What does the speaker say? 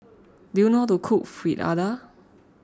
do you know to cook Fritada